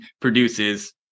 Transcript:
produces